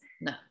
No